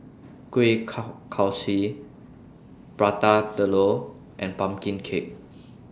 Kuih Kaswi Prata Telur and Pumpkin Cake